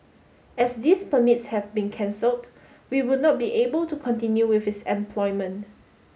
as these permits have been cancelled we would not be able to continue with his employment